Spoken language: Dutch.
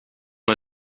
hij